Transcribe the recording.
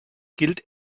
gilt